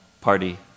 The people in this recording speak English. party